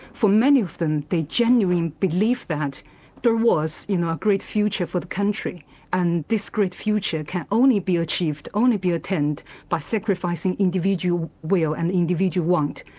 for many of them they genuinely believe that there was you know a great future for the country and this great future can only be achieved, only be attained by sacrificing individual will and individual want.